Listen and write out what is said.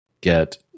get